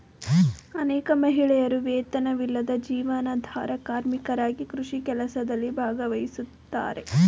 ಅನೇಕ ಮಹಿಳೆಯರು ವೇತನವಿಲ್ಲದ ಜೀವನಾಧಾರ ಕಾರ್ಮಿಕರಾಗಿ ಕೃಷಿ ಕೆಲಸದಲ್ಲಿ ಭಾಗವಹಿಸ್ತಾರೆ